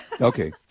Okay